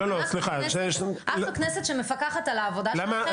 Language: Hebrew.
אנחנו כנסת שמפקחת על העבודה שלכם.